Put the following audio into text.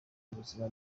ubuzima